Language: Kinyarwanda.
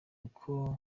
uko